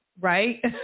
Right